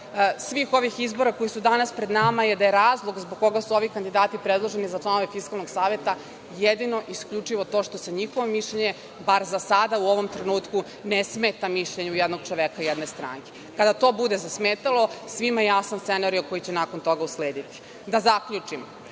svih ovih izbora koji su danas pred nama je da je razlog zbog koga su ovi kandidati predloženi za članove Fiskalnog saveta jedino i isključivo to što se njihovo mišljenje, bar za sada, u ovom trenutku ne smeta mišljenju jednog čoveka jedne stranke. Kada to bude zasmetalo svima je jasan scenario koji će nakon toga uslediti. Da zaključim,